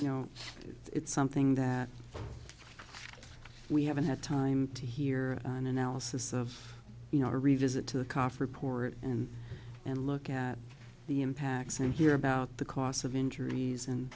you know it's something that we haven't had time to hear an analysis of you know revisit to cough report and and look at the impacts and hear about the cost of injuries and